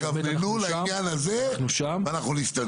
תתכוונו לעניין הזה, ואנחנו נתסדר.